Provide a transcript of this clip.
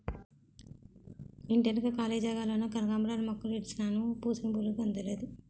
ఇంటెనక కాళీ జాగాలోన కనకాంబరాలు మొక్కలుడిసినాను పూసిన పువ్వులుకి అంతులేదు